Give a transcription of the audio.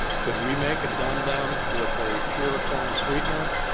could we make a dum dum with a pure corn sweetener?